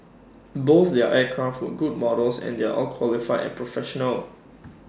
both their aircraft were good models and they're all qualified and professional